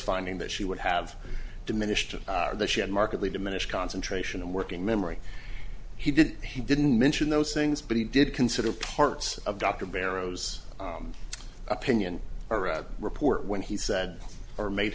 finding that she would have diminished the she had markedly diminished concentration in working memory he did he didn't mention those things but he did consider parts of dr barrows opinion or a report when he said or made